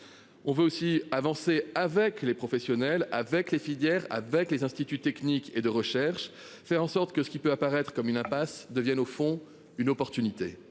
On veut aussi avancer avec les professionnels avec les filières avec les instituts techniques et de recherche. Faire en sorte que ce qui peut apparaître comme une impasse deviennent au fond une opportunité